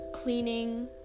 Cleaning